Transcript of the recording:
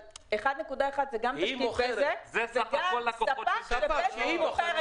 זה גם תשתית בזק וגם ספק שבזק מוכרת